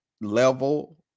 level